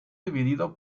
dividido